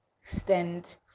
stand